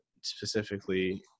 specifically